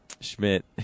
Schmidt